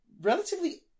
relatively